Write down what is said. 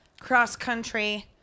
cross-country